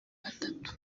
batatu